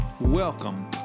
Welcome